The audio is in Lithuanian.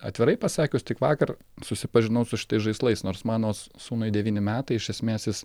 atvirai pasakius tik vakar susipažinau su šitais žaislais nors mano s sūnui devyni metai iš esmės jis